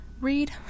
read